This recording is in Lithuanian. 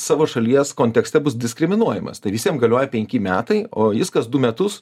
savo šalies kontekste bus diskriminuojamas tai visiem galioja penki metai o jis kas du metus